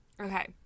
Okay